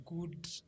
good